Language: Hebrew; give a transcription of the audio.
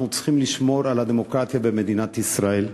צריכים לשמור על הדמוקרטיה במדינת ישראל.